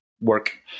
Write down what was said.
work